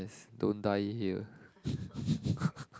don't die here